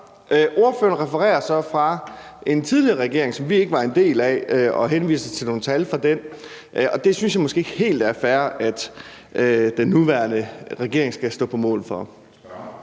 Spørgeren refererer så fra en tidligere regering, som vi ikke var en del af, og henviser til nogle tal fra den, og det synes jeg måske ikke det er helt fair at den nuværende regering skal stå på mål for.